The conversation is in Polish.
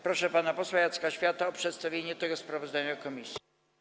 Proszę pana posła Jacka Świata o przedstawienie tego sprawozdania komisji.